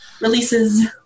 releases